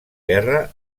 guerra